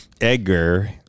Edgar